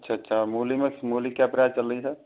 अच्छा अच्छा मूली में मूली क्या प्राइस चल रही है सर